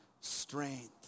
strength